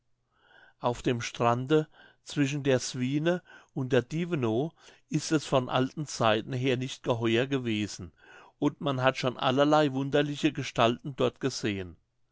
auf dem strande zwischen der swine und der dievenow ist es von alten zeiten her nicht geheuer gewesen und man hat schon allerlei wunderliche gestalten dort gesehen